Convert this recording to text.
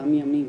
באותם ימים,